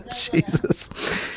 Jesus